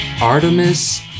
Artemis